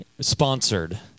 sponsored